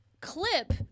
clip